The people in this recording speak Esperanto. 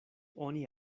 oni